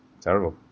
Terrible